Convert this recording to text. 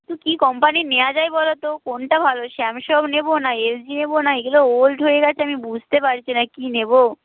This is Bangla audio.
তো কী কোম্পানির নেওয়া যায় বলো তো কোনটা ভালো স্যামসাং নেব না এল জি নেব না এগুলো ওল্ড হয়ে গেছে আমি বুঝতে পারছি না কী নেব